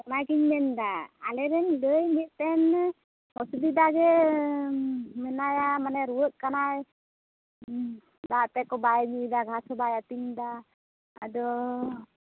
ᱚᱱᱟ ᱜᱮᱧ ᱢᱮᱱᱮᱫᱟ ᱟᱞᱮᱨᱮᱱ ᱜᱟᱹᱭ ᱢᱤᱫᱴᱮᱱ ᱚᱥᱩᱵᱤᱫᱟ ᱜᱮ ᱢᱮᱱᱟᱭᱟ ᱢᱟᱱᱮ ᱨᱩᱭᱟᱹᱜ ᱠᱟᱱᱟᱭ ᱫᱟᱜ ᱛᱮᱫ ᱠᱚ ᱵᱟᱭ ᱧᱩᱭᱮᱫᱟ ᱜᱷᱟᱥ ᱦᱚᱸ ᱵᱟᱭ ᱟᱛᱤᱧ ᱮᱫᱟ ᱟᱫᱚ